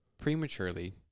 prematurely